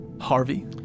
Harvey